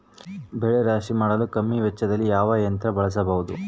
ಬೆಳೆ ರಾಶಿ ಮಾಡಲು ಕಮ್ಮಿ ವೆಚ್ಚದಲ್ಲಿ ಯಾವ ಯಂತ್ರ ಬಳಸಬಹುದು?